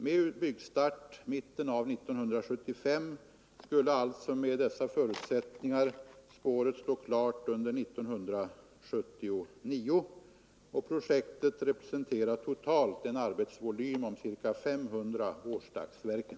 Vid byggstart i mitten av 1975 skulle alltså med dessa förutsättningar spåret stå klart under 1979. Projektet representerar totalt en arbetsvolym om ca 500 årsdagsverken.